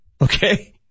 Okay